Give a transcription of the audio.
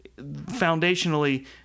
foundationally